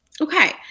Okay